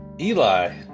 Eli